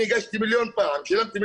אני הגשתי מיליון פעם.